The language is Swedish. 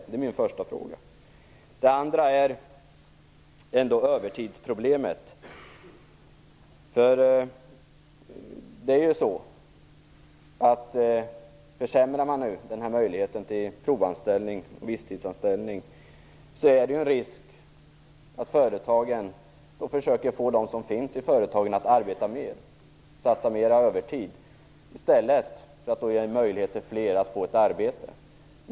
Den andra frågan gäller övertidsproblemet. Försämrar man möjligheterna till provanställning och visstidsanställning, är det risk för att företagen försöker få dem som arbetar i företagen att satsa mera på övertid i stället för att ge flera möjligheter att få arbete.